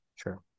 sure